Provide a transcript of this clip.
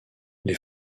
les